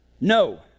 No